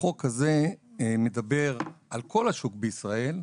החוק הזה מדבר על כל השוק בישראל,